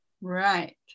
Right